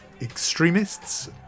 extremists